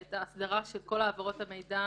ואת ההסדרה של כל העברות המידע